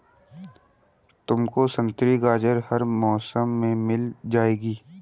तुमको संतरी गाजर हर मौसम में मिल जाएगी